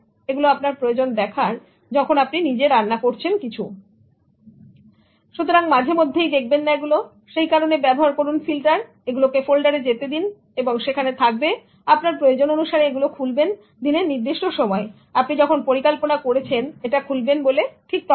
এগুলো আপনার প্রয়োজন দেখার যখন আপনি নিজে রান্না করছেন কিছু সুতরাং মাঝেমাঝেই দেখবেন না এগুলো সেই কারণে ব্যবহার করুন ফিল্টার এগুলোকে ফোল্ডারে যেতে দিন এবং সেখান থাকবে আপনার প্রয়োজন অনুসারে এগুলো খুলবেন দিনের নির্দিষ্ট সময়ে আপনি যখন পরিকল্পনা করেছেন এটা খুলবেন বলে ঠিক তখন